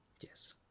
Yes